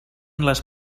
les